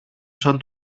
σαν